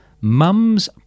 Mum's